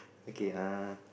okay uh